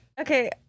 okay